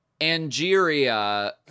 Angeria